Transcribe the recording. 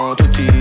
tutti